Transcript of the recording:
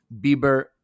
bieber